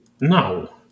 No